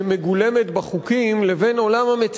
שאוסרת אפליה ומבטיחה שוויון על רקע לאומי,